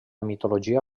mitologia